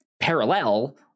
parallel